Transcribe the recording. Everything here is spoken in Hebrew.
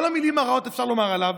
כל המילים הרעות אפשר לומר עליו,